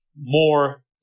More